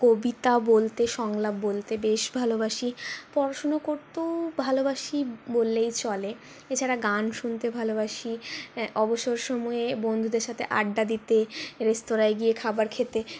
কবিতা বলতে সংলাপ বলতে বেশ ভালোবাসি পড়াশুনো করতেও ভালোবাসি বললেই চলে এছাড়া গান শুনতে ভালোবাসি অবসর সময়ে বন্ধুদের সাথে আড্ডা দিতে রেস্তোরাঁয় গিয়ে খাবার খেতে